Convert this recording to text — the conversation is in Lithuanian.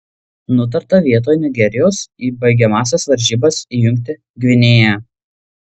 nutarta vietoj nigerijos į baigiamąsias varžybas įjungti gvinėją